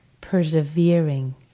persevering